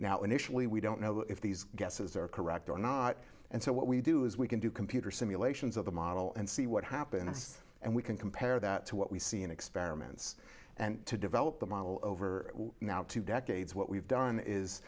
initially we don't know if these guesses are correct or not and so what we do is we can do computer simulations of the model and see what happens and we can compare that to what we see in experiments and to develop the model over now two decades what we've done is